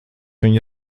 viņu